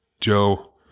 Joe